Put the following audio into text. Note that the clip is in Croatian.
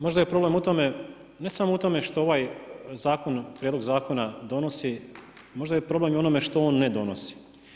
Možda je problem u tome, ne samo u tome što ovaj zakon, prijedlog zakona donosi možda je problem i u onome što on ne donosi.